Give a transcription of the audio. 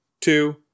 two